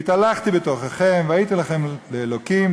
והתהלכתי בתוככם והייתי לכם לאלוהים,